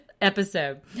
episode